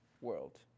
world